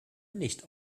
nicht